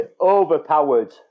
Overpowered